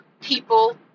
people